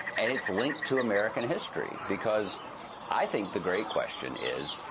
and it's linked to american history because i think the great question is,